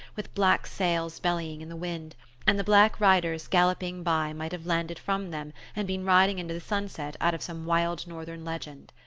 with black sails bellying in the wind and the black riders galloping by might have landed from them, and been riding into the sunset out of some wild northern legend.